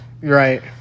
Right